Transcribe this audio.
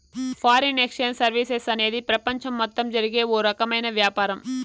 foreign exchange services అనేది ప్రపంచం మొత్తం జరిగే ఓ రకమైన వ్యాపారం